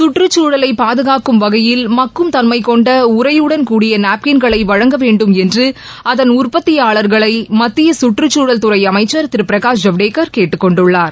சுற்றுச்சூழலை பாதுகாக்கும் வகையில் மக்கும் தன்மைகொண்ட உறையுடன் கூடிய நாப்கின்களை வழங்கவேண்டும் என்று அதன் உற்பத்தியாளர்களை மத்திய சுற்றுச்சூழல் துறை அமைச்சர் திரு பிரகாஷ் ஜவடேகர் கேட்டுக்கொண்டுள்ளார்